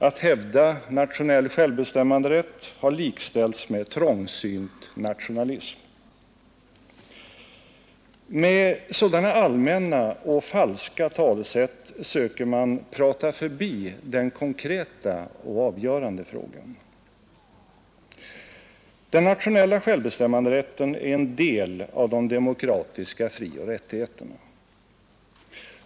Att hävda nationell självbestämmanderätt har likställts med trångsynt nationalism. Med sådana allmänna och falska talesätt söker man prata förbi den konkreta och avgörande frågan. Den nationella självbestämmanderätten är en del av de demokratiska frioch rättigheterna.